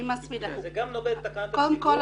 אני מסבירה: קודם כל,